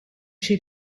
she